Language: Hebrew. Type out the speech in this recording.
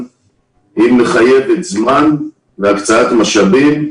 מחייבת זמן והקצאת משאבים.